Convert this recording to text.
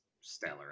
stellar